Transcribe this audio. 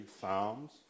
Psalms